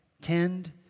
Tend